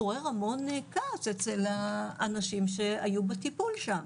עורר המון כעס אצל האנשים שהיו בטיפול שם.